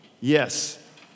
Yes